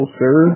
sir